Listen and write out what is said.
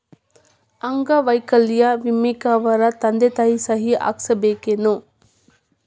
ಅಂಗ ವೈಕಲ್ಯ ವಿಮೆಕ್ಕ ಅವರ ತಂದಿ ತಾಯಿ ಸಹಿ ಹಾಕಸ್ಬೇಕೇನು?